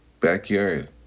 backyard